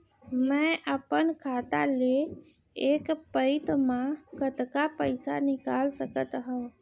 मैं अपन खाता ले एक पइत मा कतका पइसा निकाल सकत हव?